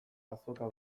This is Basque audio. azoka